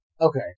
Okay